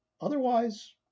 Otherwise